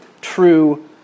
true